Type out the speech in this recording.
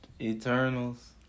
Eternals